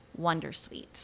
wondersuite